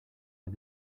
are